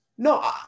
No